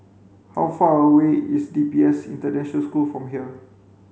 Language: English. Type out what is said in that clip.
how far away is D P S International School from here